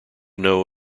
know